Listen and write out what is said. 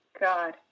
God